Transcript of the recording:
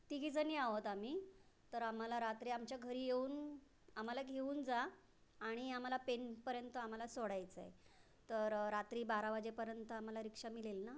तिघी जणी आहोत आम्ही तर आम्हाला रात्री आमच्या घरी येऊन आम्हाला घेऊन जा आणि आम्हाला पेनपर्यंत आम्हाला सोडायचं आहे तर रात्री बारा वाजेपर्यंत आम्हाला रिक्षा मिळेल ना